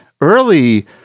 early